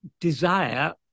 desire